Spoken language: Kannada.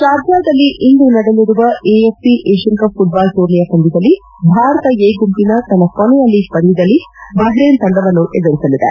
ಶಾರ್ಜಾದಲ್ಲಿ ಇಂದು ನಡೆಯಲಿರುವ ಎಎಫ್ಸಿ ಏಷ್ಯನ್ ಕಪ್ ಫುಟ್ಬಾಲ್ ಟೂರ್ನಿಯ ಪಂದ್ಯದಲ್ಲಿ ಭಾರತ ಎ ಗುಂಪಿನ ತನ್ನ ಕೊನೆಯ ಲೀಗ್ ಪಂದ್ಯದಲ್ಲಿ ಬಹ್ರೇನ್ ತಂಡವನ್ನು ಎದುರಿಸಲಿದೆ